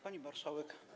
Pani Marszałek!